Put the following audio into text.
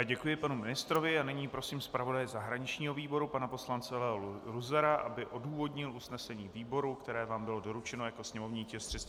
Děkuji panu ministrovi a nyní prosím zpravodaje zahraničního výboru pana poslance Leo Luzara, aby odůvodnil usnesení výboru, které vám bylo doručeno jako sněmovní tisk 389/2.